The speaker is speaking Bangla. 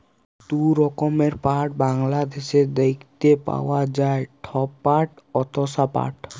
দু রকমের পাট বাংলাদ্যাশে দ্যাইখতে পাউয়া যায়, ধব পাট অ তসা পাট